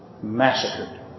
Massacred